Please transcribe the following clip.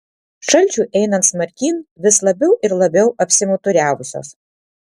šalčiui einant smarkyn vis labiau ir labiau apsimuturiavusios